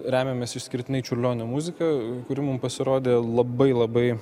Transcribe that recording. remiamės išskirtinai čiurlionio muzika kuri mum pasirodė labai labai